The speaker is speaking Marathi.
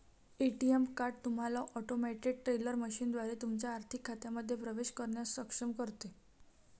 ए.टी.एम कार्ड तुम्हाला ऑटोमेटेड टेलर मशीनद्वारे तुमच्या आर्थिक खात्यांमध्ये प्रवेश करण्यास सक्षम करते